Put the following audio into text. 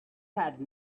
had